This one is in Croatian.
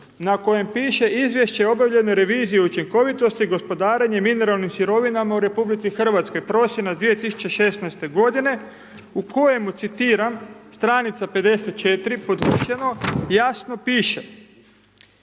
na kojem piše Izvješće o obavljenoj reviziji učinkovitosti gospodarenjem mineralnim sirovinama u Republici Hrvatskoj, prosinac 2016. godine, u kojemu citiram: “Stranica 54., podvučeno jasno piše,